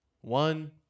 one